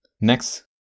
Next